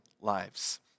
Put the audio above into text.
lives